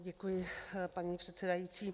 Děkuji, paní předsedající.